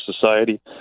society